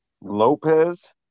Lopez